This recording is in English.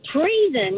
treason